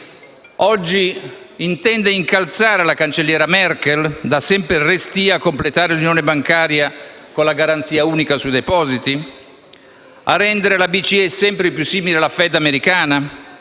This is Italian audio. oggi intende incalzare la cancelliera Merkel, da sempre restia a completare l'unione bancaria con la garanzia unica sui depositi? A rendere la BCE sempre più simile alla FED americana?